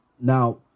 Now